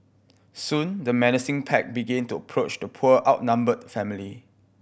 soon the menacing pack began to approach the poor outnumbered family